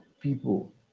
people